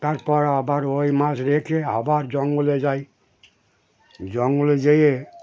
তারপর আবার ওই মাছ রেখে আবার জঙ্গলে যাই জঙ্গলে যেয়ে